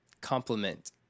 complement